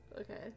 Okay